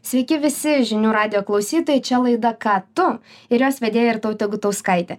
sveiki visi žinių radijo klausytojai čia laida ką tu ir jos vedėja irtautė gutauskaitė